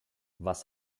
was